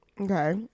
Okay